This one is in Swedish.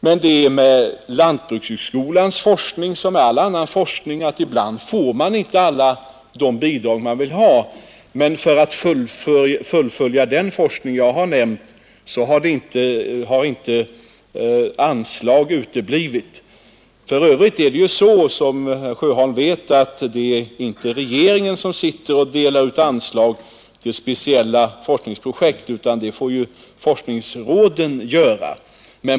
Men det är med lantbrukhögskolans forskning som med all annan forskning: ibland får man inte alla de bidrag man vill ha. För att fullfölja den forskning jag nämnt har anslag emellertid inte uteblivit. För övrigt är det inte, som herr Sjöholm vet, regeringen som delar ut anslag till speciella forskningsprojekt, utan det får forskningsråden göra.